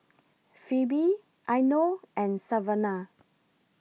Phebe Eino and Savanah